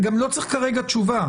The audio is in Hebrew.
אני גם לא צריך כרגע תשובה.